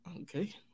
okay